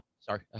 Sorry